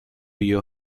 you